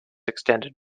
extended